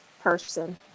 person